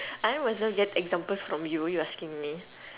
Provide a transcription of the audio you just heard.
I was the one who get examples from you you asking me